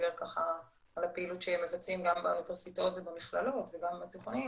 שדיבר על הפעילות שהם מבצעים באוניברסיטאות ובמכללות וגם בתיכוניים,